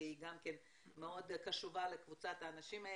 היא גם מאוד קשובה לקבוצת האנשים האלה.